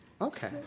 Okay